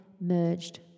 merged